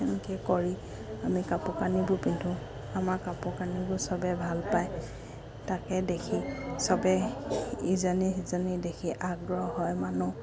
তেনেকৈ কৰি আমি কাপোৰ কানিবোৰ পিন্ধো আমাৰ কাপোৰ কানিবোৰ সবে ভাল পায় তাকে দেখি সবে ইজনী সিজনী দেখি আগ্ৰহ হয় মানুহ